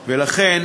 ולכן,